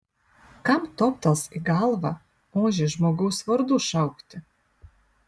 kam toptels į galvą ožį žmogaus vardu šaukti